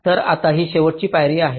तर आता ही शेवटची पायरी आहे